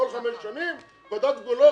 כל חמש שנים ועדת גבולות,